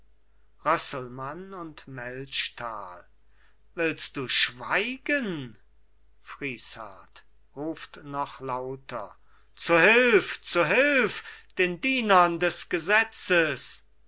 und melchtal willst du schweigen friesshardt ruft noch lauter zu hülf zu hülf den dienern des gesetzes